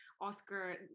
Oscar